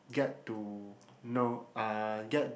get to know uh get